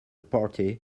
party